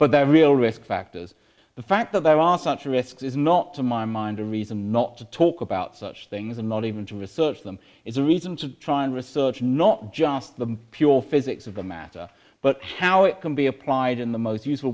but they're real risk factors the fact that there are such risks is not to my mind a reason not to talk about such things and not even to research them it's a reason to try and research not just the pure physics of the matter but how it can be applied in the most useful